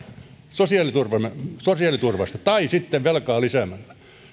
sosiaaliturvasta tai velkaa lisäämällä kun